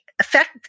affect